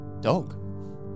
dog